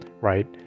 right